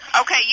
Okay